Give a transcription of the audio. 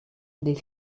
did